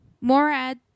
Morad